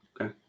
Okay